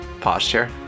posture